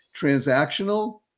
transactional